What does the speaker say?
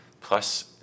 Plus